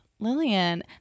Lillian